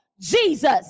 Jesus